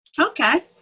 Okay